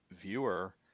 viewer